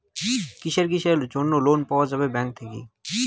কিসের কিসের জন্যে লোন পাওয়া যাবে ব্যাংক থাকি?